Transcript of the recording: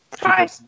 Hi